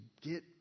Get